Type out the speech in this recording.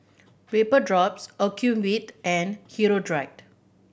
Vapodrops Ocuvite and Hirudoid